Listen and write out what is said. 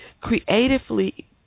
creatively